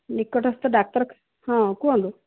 ନିକଟସ୍ଥ ଡାକ୍ତର ହଁ କୁହନ୍ତୁ